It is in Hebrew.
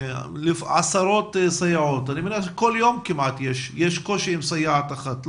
ועם עשרות סייעות אז כל יום כמעט יש קושי עם סייעת אחת.